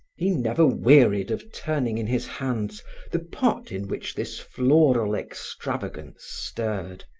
he never wearied of turning in his hands the pot in which this floral extravagance stirred.